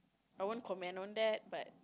I won't comment on that but